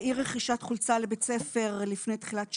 אי רכישת חולצה לבית-ספר לפני תחילת שנה.